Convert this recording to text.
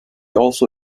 also